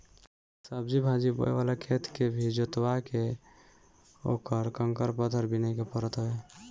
सब्जी भाजी बोए वाला खेत के भी जोतवा के उकर कंकड़ पत्थर बिने के पड़त हवे